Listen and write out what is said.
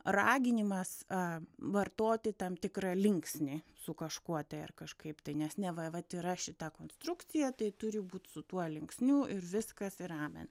raginimas a vartoti tam tikrą linksnį su kažkuo tai ar kažkaip tai nes neva vat yra šita konstrukcija tai turi būt su tuo linksniu ir viskas ir amen